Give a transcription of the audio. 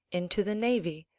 into the navy,